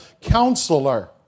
counselor